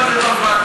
בוועדה.